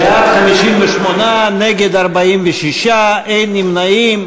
בעד, 58, נגד, 46, אין נמנעים.